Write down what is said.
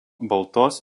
baltos